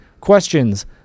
questions